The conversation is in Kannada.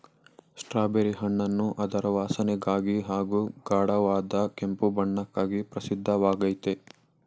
ಸ್ಟ್ರಾಬೆರಿ ಹಣ್ಣನ್ನು ಅದರ ವಾಸನೆಗಾಗಿ ಹಾಗೂ ಗಾಢವಾದ ಕೆಂಪು ಬಣ್ಣಕ್ಕಾಗಿ ಪ್ರಸಿದ್ಧವಾಗಯ್ತೆ